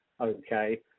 okay